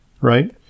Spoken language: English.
right